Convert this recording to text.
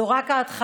זו רק ההתחלה.